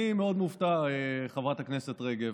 אני מאוד מופתע, חברת הכנסת רגב.